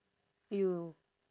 you